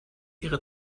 ihre